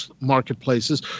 marketplaces